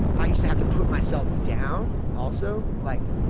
i used to have to put myself down also like,